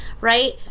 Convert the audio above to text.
right